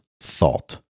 thought